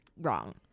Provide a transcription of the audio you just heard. wrong